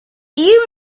you